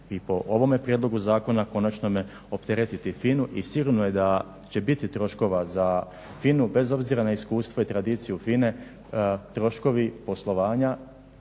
i po ovome prijedlogu zakona konačnome opteretiti FINA-u i sigurno je da će biti troškova za FINA-u bez obzira na iskustvo i tradiciju FINA-e troškovi poslovanja